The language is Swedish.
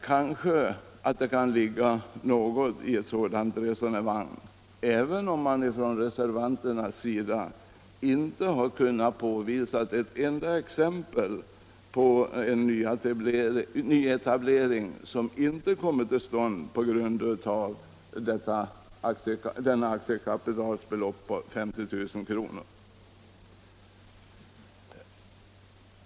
Det kan kanske ligga något i ett sådant resonemang, även om reservanterna inte kunnat anföra ett enda exempel på en nyetablering som inte kommit till stånd på grund av att gränsen för aktiekapitalet satts till 50 000 kr.